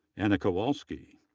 anna kowalski,